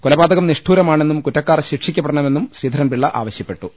കൊലപാതകം നിഷ്ഠൂരമാ ണെന്നും കുറ്റക്കാർ ശിക്ഷിക്കപ്പെടണമെന്നും ശ്രീധരൻ പിള്ള ആവശ്യപ്പെട്ടു